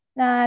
na